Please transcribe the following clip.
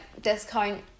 discount